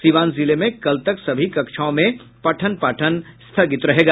सीवान जिले में कल तक सभी कक्षाओं में पठन पाठन स्थगित रहेगा